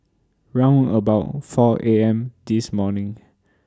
round about four A M This morning